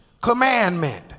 commandment